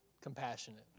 compassionate